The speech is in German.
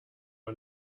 man